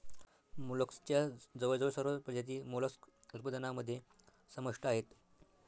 मोलस्कच्या जवळजवळ सर्व प्रजाती मोलस्क उत्पादनामध्ये समाविष्ट आहेत